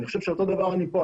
ואני חושב שאותו דבר פה,